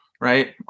Right